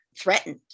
threatened